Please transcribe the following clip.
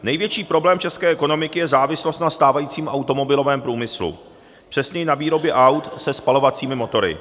Největší problém české ekonomiky je závislost na stávajícím automobilovém průmyslu, přesněji na výrobě aut se spalovacími motory.